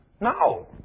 No